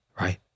right